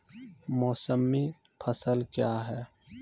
मौसमी फसल क्या हैं?